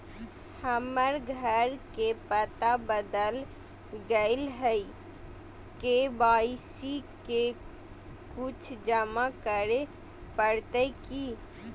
हमर घर के पता बदल गेलई हई, के.वाई.सी में कुछ जमा करे पड़तई की?